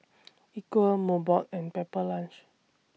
Equal Mobot and Pepper Lunch